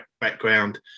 background